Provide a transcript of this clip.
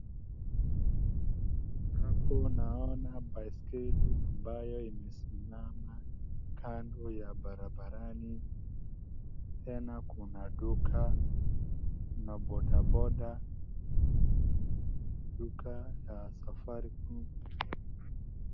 Hapo naona baiskeli ambayo imesimama kando ya barabarani, tena kuna duka na bodaboda, duka ya Safaricom.